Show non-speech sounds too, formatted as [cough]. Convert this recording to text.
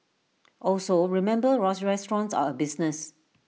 also remember [hesitation] restaurants are A business